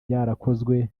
byarakozwe